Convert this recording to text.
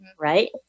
right